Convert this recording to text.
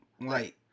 Right